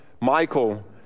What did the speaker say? Michael